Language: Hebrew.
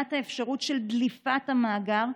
ולמניעת האפשרות של דליפת המאגר?